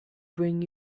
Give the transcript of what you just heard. bring